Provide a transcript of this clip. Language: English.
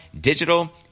digital